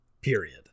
Period